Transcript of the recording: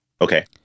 okay